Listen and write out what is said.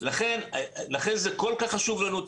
לכן זה כל כך חשוב לנו.